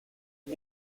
and